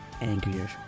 Angrier